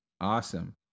Awesome